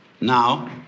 Now